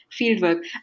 fieldwork